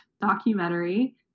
documentary